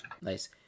Nice